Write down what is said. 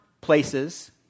places